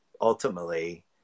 ultimately